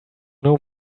know